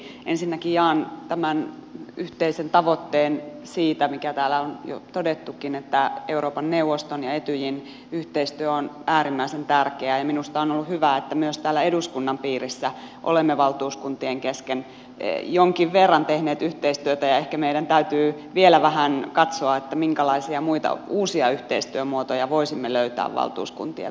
ensinnäkin jaan tämän yhteisen tavoitteen siitä mikä täällä on jo todettukin että euroopan neuvoston ja etyjin yhteistyö on äärimmäisen tärkeää ja minusta on ollut hyvä että myös täällä eduskunnan piirissä olemme valtuuskuntien kesken jonkin verran tehneet yhteistyötä ja ehkä meidän täytyy vielä vähän katsoa minkälaisia muita uusia yhteistyömuotoja voisimme löytää valtuuskuntien välille